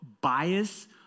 Bias